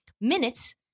minutes